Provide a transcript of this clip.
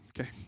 Okay